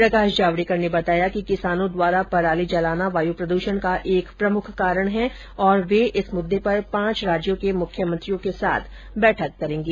प्रकाश जावड़ेकर ने बताया कि किसानों द्वारा पराली जलाना वायु प्रद्षण का एक प्रमुख कारण है और वे इस मुद्दे पर पांच राज्यों के मुख्यमंत्रियों के साथ बैठक करेंगे